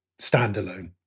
standalone